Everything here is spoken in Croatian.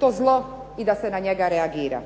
to zlo i da se na njega reagira.